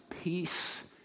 peace